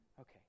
Okay